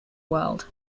world